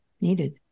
needed